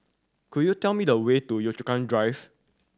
could you tell me the way to Yio Chu Kang Drive